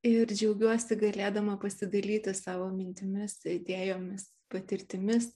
ir džiaugiuosi galėdama pasidalyti savo mintimis idėjomis patirtimis